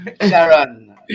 Sharon